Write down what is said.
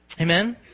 Amen